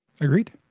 agreed